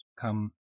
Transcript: come